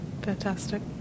fantastic